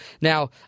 Now